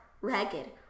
ragged